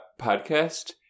podcast